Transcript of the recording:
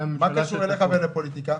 מה הקשר אליך ולפוליטיקה?